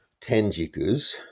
tenjikus